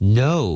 no